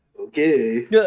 Okay